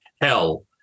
hell